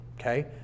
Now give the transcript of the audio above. Okay